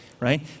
right